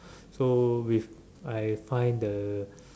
so with I'm find the